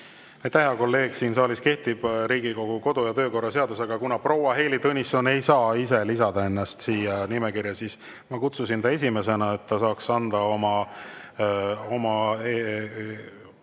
hea kolleeg! Siin saalis kehtib Riigikogu kodu‑ ja töökorra seadus, aga kuna proua Heili Tõnisson ei saa ise ennast siia nimekirja lisada, siis ma kutsusin ta esimesena, et ta saaks anda